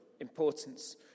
importance